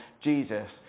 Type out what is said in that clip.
Jesus